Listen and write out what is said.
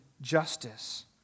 justice